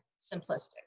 simplistic